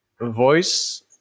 voice